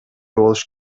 болуш